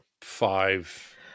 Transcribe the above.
five